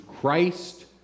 Christ